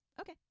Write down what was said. Okay